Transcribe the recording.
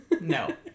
No